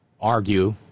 argue